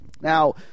Now